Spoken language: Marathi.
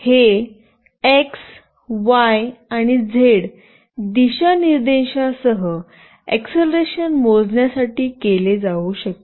हे x y आणि z दिशानिर्देशांसह एक्सेलेरेशन मोजण्यासाठी केले जाऊ शकते